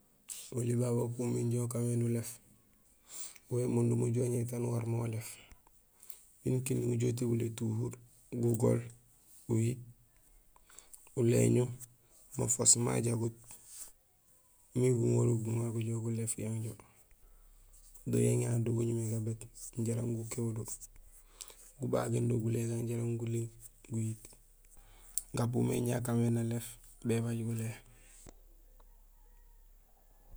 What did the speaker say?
Oli babé upu minja ukaan mé nulééf, wo bémundum ujoow uŋéér taan uñumé galééf miin kinding ujoow utébul étuhuur, gugool, uyiit, uléñuun, mafoos majaguut miin guŋorul guŋa gujoow guléét Yang jo. Do yang yayu do guñumé gabét jaraam gukééw do gubagéén do gulé gagu jaraam guling guyiit. Gapu mé inja akaan mé naléét bébaaj gulé.